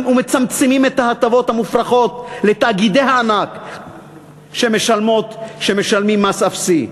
ומצמצמים את ההטבות המופרכות לתאגידי הענק שמשלמים מס אפסי.